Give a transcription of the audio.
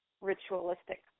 ritualistic